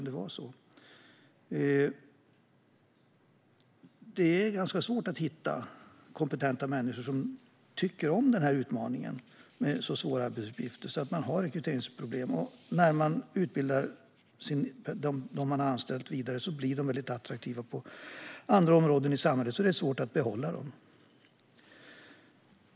Med så svåra arbetsuppgifter är det ganska svårt att hitta kompetenta människor som tycker om utmaningen, så man har rekryteringsproblem - och när man vidareutbildar dem man har anställt blir de väldigt attraktiva på andra områden i samhället, så det är svårt att behålla dem.